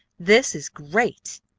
this is great!